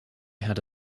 had